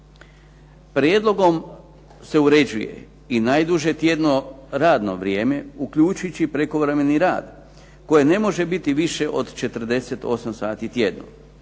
Prijedlogom se uređuje i najduže tjedno radno vrijeme uključujući prekovremeni rad koje ne može biti više od 48 sati tjedno